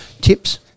tips